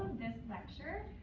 this lecture,